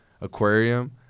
Aquarium